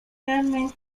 learning